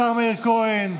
השר מאיר כהן,